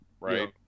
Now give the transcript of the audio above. right